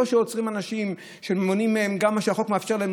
לא שעוצרים אנשים שמונעים מהם גם כשהחוק מאפשר להם,